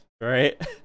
right